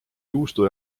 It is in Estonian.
juustu